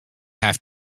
have